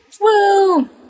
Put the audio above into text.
Woo